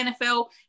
nfl